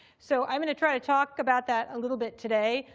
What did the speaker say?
so i'm going to try to talk about that a little bit today.